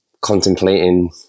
contemplating